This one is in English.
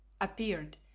appeared